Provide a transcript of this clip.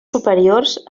superiors